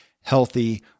healthy